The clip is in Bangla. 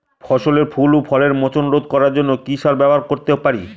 ফসলের ফুল ও ফলের মোচন রোধ করার জন্য কি সার ব্যবহার করতে পারি?